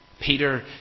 Peter